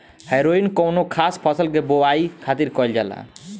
हैरोइन कौनो खास फसल के बोआई खातिर कईल जाला